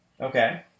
Okay